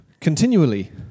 continually